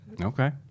okay